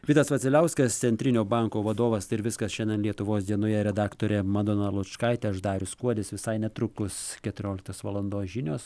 vitas vasiliauskas centrinio banko vadovas tai ir viskas šiandien lietuvos dienoje redaktorė madona lučkaitė aš darius kuodis visai netrukus keturioliktos valandos žinios